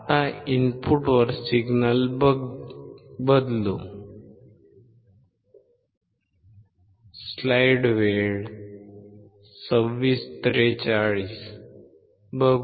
आता इनपुटवर सिग्नल बदलू